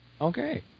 Okay